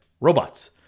robots